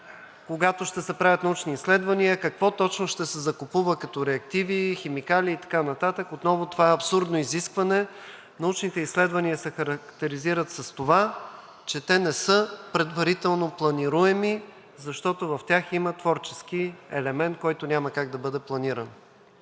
когато ще се правят научни изследвания, какво точно ще се закупува като реактиви, химикали и така нататък. Отново това е абсурдно изискване. Научните изследвания се характеризират с това, че те не са предварително планируеми, защото в тях има творчески елемент, който няма как да бъде планиран.